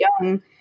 young